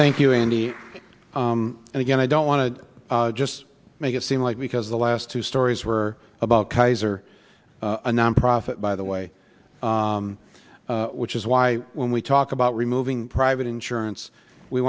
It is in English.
thank you andy and again i don't want to just make it seem like because the last two stories were about kaiser a nonprofit by the way which is why when we talk about removing private insurance we